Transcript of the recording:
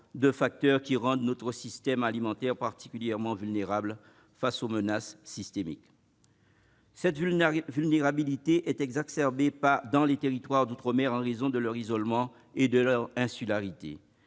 de facteurs qui rendent notre système alimentaire particulièrement vulnérable face aux menaces systémiques. Cette vulnérabilité est exacerbée dans les territoires d'outre-mer, en raison de leur isolement et de leur insularité.